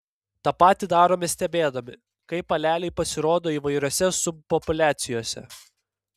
tą patį darome stebėdami kaip aleliai pasirodo įvairiose subpopuliacijose